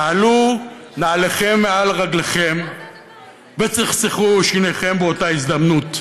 שלו נעליכם מעל רגליכם וצחצחו שיניכם באותה הזדמנות,